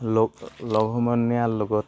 লগ লগ সমনীয়া লগত